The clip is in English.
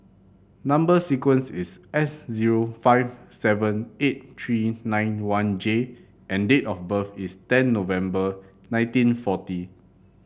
number sequence is S zero five seven eight three nine one J and date of birth is ten November nineteen forty